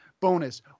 bonus